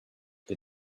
did